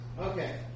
Okay